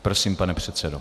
Prosím, pane předsedo.